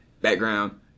background